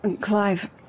Clive